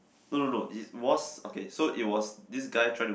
no no no it was okay it was this guy trying to